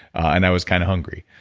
and i was kind of hungry.